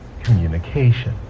communication